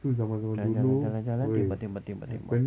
jalan jalan jalan jalan tembak tembak tembak tembak